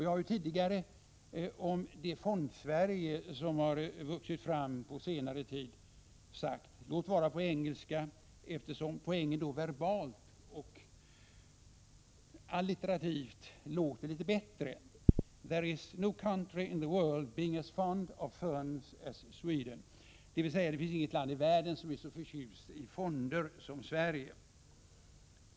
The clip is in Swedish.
Jag har tidigare om det Fondsverige som vuxit fram på senare tid sagt — låt vara på engelska, eftersom poängen då verbalt och allitterativt låter litet bättre: There is no country in the world being as fond of funds as Sweden, dvs. att det inte finns något land i världen som är så förtjust i fonder som Sverige.